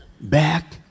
back